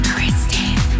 Kristen